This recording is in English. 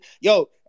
Yo